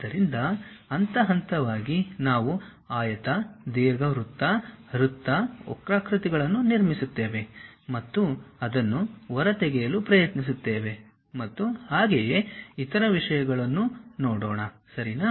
ಆದ್ದರಿಂದ ಹಂತ ಹಂತವಾಗಿ ನಾವು ಆಯತ ದೀರ್ಘವೃತ್ತ ವೃತ್ತ ವಕ್ರಾಕೃತಿಗಳನ್ನು ನಿರ್ಮಿಸುತ್ತೇವೆ ಮತ್ತು ಅದನ್ನು ಹೊರತೆಗೆಯಲು ಪ್ರಯತ್ನಿಸುತ್ತೇವೆ ಮತ್ತು ಹಾಗೆಯೇ ಇತರ ವಿಷಗಳನ್ನು ನೋಡೋಣ ಸರಿನಾ